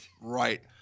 right